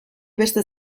beste